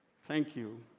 thank you.